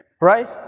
Right